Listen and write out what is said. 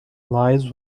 lies